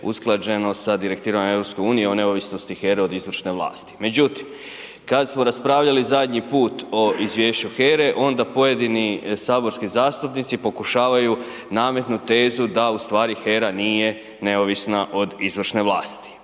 usklađeno sa Direktivama EU o neovisnosti HERE od izvršne vlasti. Međutim, kad smo raspravljali zadnji put o izvješću HERE onda pojedini saborski zastupnici pokušavaju nametnut tezu da u stvari HERA nije neovisna od izvršne vlasti.